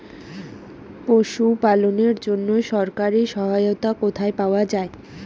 পশু পালনের জন্য সরকারি সহায়তা কোথায় পাওয়া যায়?